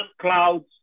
clouds